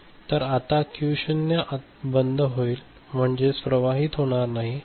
तर आता क्यू 0 आता बंद होईल म्हणजे प्रवाहित होणार नाही